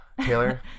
Taylor